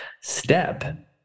step